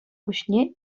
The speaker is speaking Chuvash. куҫне